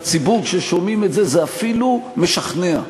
בציבור, כששומעים את זה, זה אפילו משכנע.